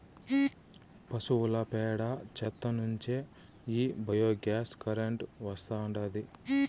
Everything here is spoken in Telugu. పశువుల పేడ చెత్త నుంచే ఈ బయోగ్యాస్ కరెంటు వస్తాండాది